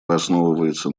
основывается